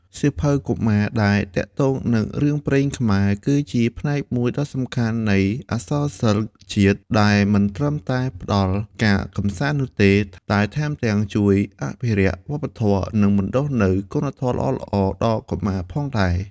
សៀវភៅកុមារដែលទាក់ទងនឹងរឿងព្រេងខ្មែរ គឺជាផ្នែកមួយដ៏សំខាន់នៃអក្សរសិល្ប៍ជាតិ ដែលមិនត្រឹមតែផ្ដល់ការកម្សាន្តនោះទេ តែថែមទាំងជួយអភិរក្សវប្បធម៌ និងបណ្ដុះនូវគុណធម៌ល្អៗដល់កុមារផងដែរ។